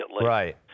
Right